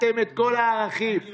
בתוך כמה ימים לרשויות.